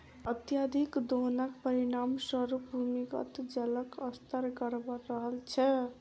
अत्यधिक दोहनक परिणाम स्वरूप भूमिगत जलक स्तर गड़बड़ा रहल छै